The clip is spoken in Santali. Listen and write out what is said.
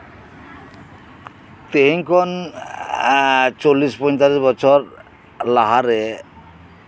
ᱛᱮᱦᱤᱧ ᱠᱷᱚᱱ ᱪᱚᱞᱞᱤᱥ ᱯᱚᱧᱪᱟᱥ ᱵᱚᱪᱷᱚᱨ ᱞᱟᱦᱟᱨᱮ